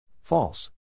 False